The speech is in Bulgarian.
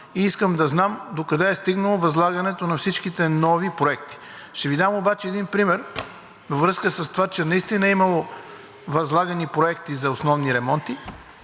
и искам да знам докъде е стигнало възлагането на всичките нови проекти. Ще Ви дам обаче един пример във връзка с това, че наистина е имало възлагани проекти за основни ремонти,